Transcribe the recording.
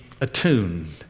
attuned